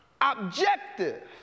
objective